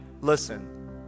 listen